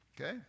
Okay